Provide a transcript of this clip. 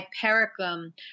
hypericum